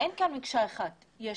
אדוני ראש העיר,